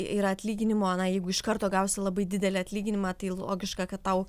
yra atlyginimo na jeigu iš karto gausi labai didelį atlyginimą tai logiška kad tau